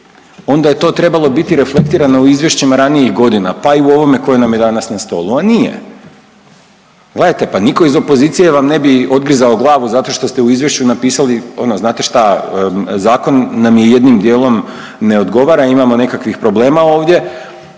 onda je to trebalo biti reflektirano u izvješćima ranijih godina, pa i u ovome koje nam je danas na stolu, a nije. Gledajte pa nitko ih opozicije vam ne bi odgrizao glavu zato što ste u izvješću napisali ono znate šta zakon nam je jednim dijelom ne odgovara, imamo nekakvih problema ovdje